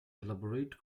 elaborate